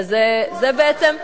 וזה בעצם,